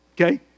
Okay